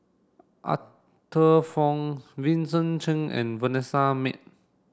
Arthur Fong Vincent Cheng and Vanessa Mae